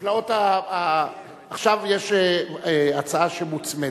עכשיו יש הצעה שמוצמדת.